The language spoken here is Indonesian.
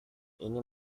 ini